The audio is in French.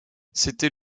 c’était